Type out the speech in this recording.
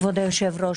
כבוד היושב-ראש,